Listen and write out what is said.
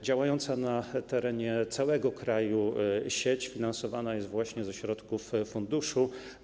Działająca na terenie całego kraju sieć finansowana jest ze środków funduszu.